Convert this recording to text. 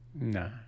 No